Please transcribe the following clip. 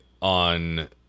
on